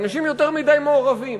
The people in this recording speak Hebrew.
אנשים יותר מדי מעורבים,